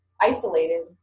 isolated